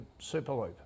Superloop